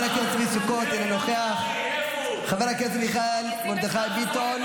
סוכות, אינו נוכח, חבר הכנסת מיכאל מרדכי ביטון,